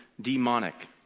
demonic